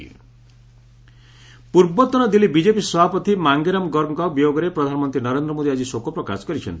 PM Garg ପୂର୍ବତନ Delhi BJP ସଭାପତି ମାଙ୍ଗେରାମ ଗର୍ଗଙ୍କ ବିୟୋଗରେ ପ୍ରଧାନମନ୍ତ୍ରୀ ନରେନ୍ଦ୍ର ମୋଦି ଆଜି ଶୋକପ୍ରକାଶ କରିଛନ୍ତି